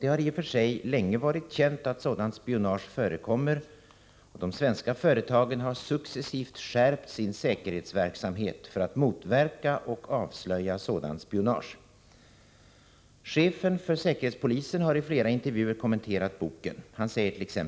Det har i och för sig länge varit känt att sådant spionage förekommer, och de svenska företagen har successivt skärpt sin säkerhetsverksamhet för att motverka och avslöja sådant spionage. Chefen för säkerhetspolisen har i flera intervjuer kommenterat boken. Han säger t.ex.: